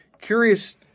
curious